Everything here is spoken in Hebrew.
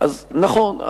אז נכון,